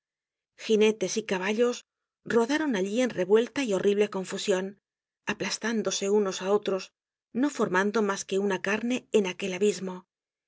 ginetes y caballos rodaron allí en revuelta y horrible confusion aplastándose unos á otros no formando mas que una carne en aquel abismo